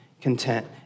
content